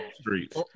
streets